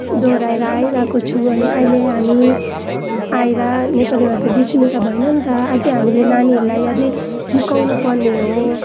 दोहोर्याएर आइरहेको छु अनि अहिले हामी आएर नेपाली भाषा बिर्सनु त भएन नि त अझ हामीले नानीहरूलाई अझ सिकाउनु पर्ने हो